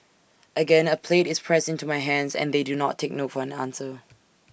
again A plate is pressed into my hands and they do not take no for an answer